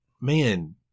man